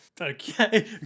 Okay